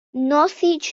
nosič